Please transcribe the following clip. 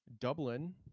Dublin